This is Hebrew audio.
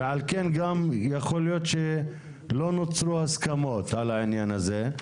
ועל כן גם יכול להיות שלא נוצרו הסכמות על העניין הזה.